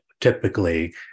typically